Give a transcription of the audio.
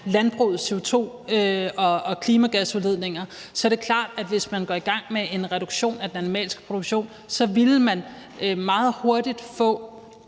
landbrugets CO2- og klimagasudledninger, så det er klart, at hvis man går i gang med en reduktion af den animalske produktion, så vil man meget hurtigt